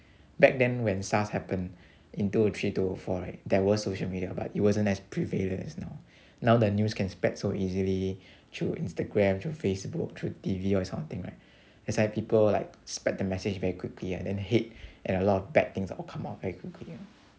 back then when SARS happen in two O three two O four right there were social media but it wasn't as prevalent as now now the news can spread so easily through instagram facebook through T_V all these kind of thing right that's why people like spread the message very quickly right then hate and a lot of bad things all come out very quickly